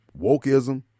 wokeism